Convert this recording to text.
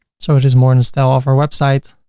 so it is more in the style of our website,